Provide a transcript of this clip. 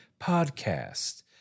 podcast